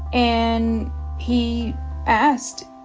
and he asked